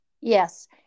Yes